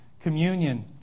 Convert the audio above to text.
Communion